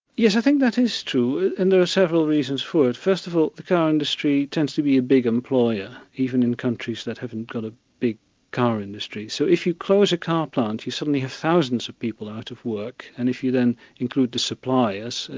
yes, i think that is true, and are several reasons for it. first of all, the car industry tends to be a big employer, even in countries that haven't got a big car industry. so if you close a car plant, you suddenly have thousands of people out of work, and if you then include the suppliers,